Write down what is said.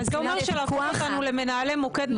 --- אז זה ממש להפוך אותנו למנהלי מוקד מקבילים.